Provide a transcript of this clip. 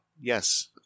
yes